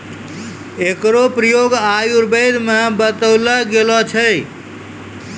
एकरो प्रयोग आयुर्वेद म बतैलो गेलो छै